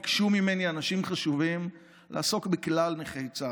ביקשו ממני אנשים חשובים לעסוק בכלל נכי צה"ל,